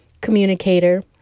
communicator